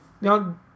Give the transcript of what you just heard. Now